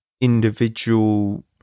individual